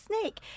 snake